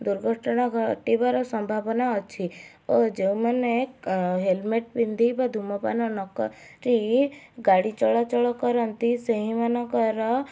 ଦୁର୍ଘଟଣା ଘଟିବାର ସମ୍ଭାବନା ଅଛି ଓ ଯେଉଁମାନେ ହେଲମେଟ୍ ପିନ୍ଧି ବା ଧୂମପାନ ନ କରି ଗାଡ଼ି ଚଳାଚଳ କରନ୍ତି ସେହିମାନଙ୍କର